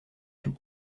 tout